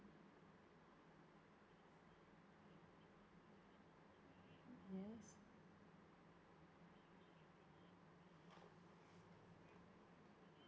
yes